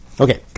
Okay